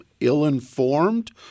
ill-informed